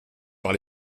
par